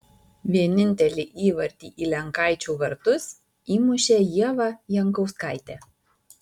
vienintelį įvartį į lenkaičių vartus įmušė ieva jankauskaitė